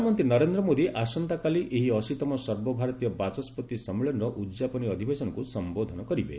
ପ୍ରଧାନମନ୍ତ୍ରୀ ନରେନ୍ଦ୍ର ମୋଦି ଆସନ୍ତାକାଲି ଏହି ଅଶୀତମ ସର୍ବଭାରତୀୟ ବାଚସ୍କତି ସମ୍ମିଳନୀର ଉଦ୍ଯାପନୀ ଅଧିବେଶନକୁ ସମ୍ଘୋଧନ କରିବେ